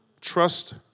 Trust